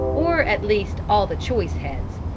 or at least all the choice heads,